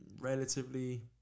relatively